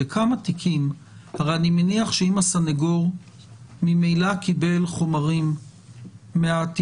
בכמה תיקים אני מניח שאם הסנגור ממילא קיבל חומרים מהטיפול